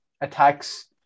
attacks